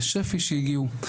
שפ"י שהגיעו.